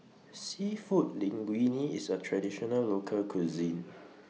Seafood Linguine IS A Traditional Local Cuisine